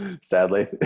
sadly